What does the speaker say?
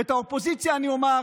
ולאופוזיציה אני אומר,